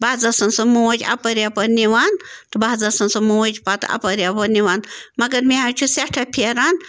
بہٕ حظ ٲسَن سۄ موج اَپٲرۍ یَپٲرۍ نِوان تہٕ بہٕ حظ ٲسَن سۄ موج پَتہٕ اَپٲرۍ یَپٲرۍ نِوان مگر مےٚ حظ چھِ سٮ۪ٹھاہ پھیران